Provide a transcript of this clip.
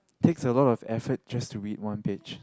takes a lot of effort just to read one page